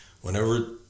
whenever